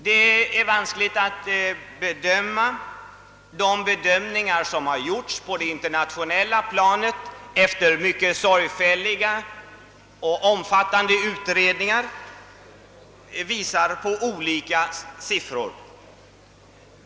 Det är svårt att säga hurudan framtiden kommer att bli. De bedömningar som efter mycket sorgfälliga och omfattande utredningar har gjorts på det internationella planet visar olika resultat.